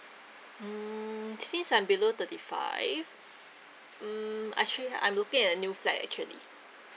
mm since I'm below thirty five mm actually I'm looking at a new flat actually